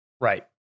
Right